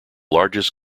largest